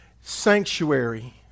sanctuary